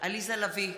עליזה לביא,